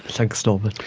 thanks norman.